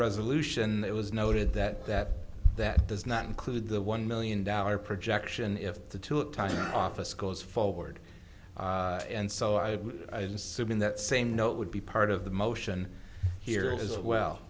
resolution it was noted that that that does not include the one million dollar projection if the took time office goes forward and so i assume in that same note would be part of the motion here as well